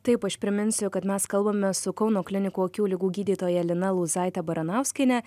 taip aš priminsiu kad mes kalbamės su kauno klinikų akių ligų gydytoja lina lūzaite baranauskiene